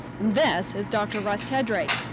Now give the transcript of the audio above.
and this is dr. russ tedrake.